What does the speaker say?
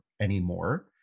anymore